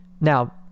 Now